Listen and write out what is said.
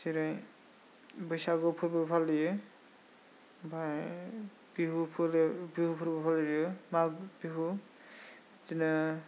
जेरै बैसागु फोरबो फालियो बा बिहु फोरबो फालियो माग बिहु बिदिनो